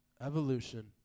evolution